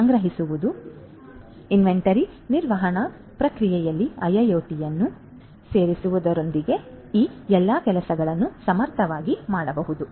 ಆದ್ದರಿಂದ ಇನ್ವೆಂಟರಿ ನಿರ್ವಹಣಾ ಪ್ರಕ್ರಿಯೆಯಲ್ಲಿ IIoT ಅನ್ನು ಸೇರಿಸುವುದರೊಂದಿಗೆ ಈ ಎಲ್ಲಾ ಕೆಲಸಗಳನ್ನು ಸಮರ್ಥವಾಗಿ ಮಾಡಬಹುದು